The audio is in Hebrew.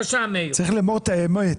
צריך לומר את האמת,